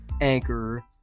Anchor